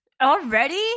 Already